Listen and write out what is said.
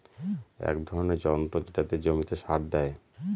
এক ধরনের যন্ত্র যেটা দিয়ে জমিতে সার দেয়